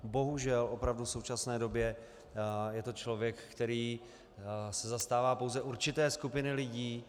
Bohužel opravdu v současné době je to člověk, který se zastává pouze určité skupiny lidí.